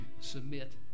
submit